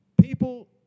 people